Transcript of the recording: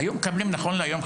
היו מקבלים נכון להיום,